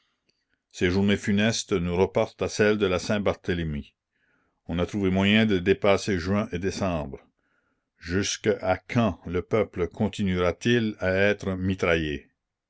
ces journées funestes nous reportent à celles de la saint-barthélemy on a trouvé moyen de dépasser juin et décembre jusques à quand le peuple continuera-t-il à être mitraillé